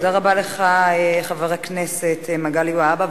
תודה רבה לך, חבר הכנסת מגלי והבה.